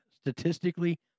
statistically